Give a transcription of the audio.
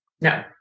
No